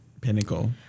pinnacle